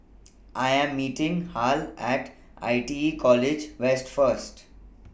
I Am meeting Hal At I T E College West First